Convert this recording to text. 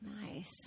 Nice